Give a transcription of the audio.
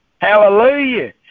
hallelujah